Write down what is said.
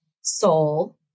Soul